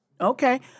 okay